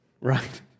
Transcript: right